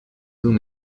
whom